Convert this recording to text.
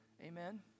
Amen